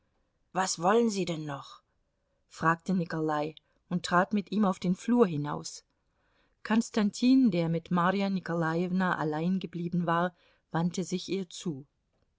was wollen sie denn noch fragte nikolai und trat mit ihm auf den flur hinaus konstantin der mit marja nikolajewna allein geblieben war wandte sich ihr zu